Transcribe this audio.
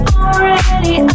already